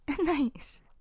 nice